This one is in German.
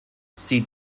sie